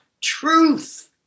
truth